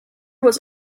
was